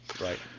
right